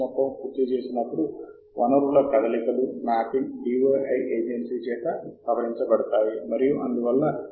కాబట్టి సహజంగానే అనుభవశూన్యుడైన పరిశోధకులు ఈ విషయంపై ఒక వీక్షణను పొందడానికి వీటన్నిటి ద్వారా వెళ్ళడం కష్టం